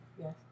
Yes